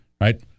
right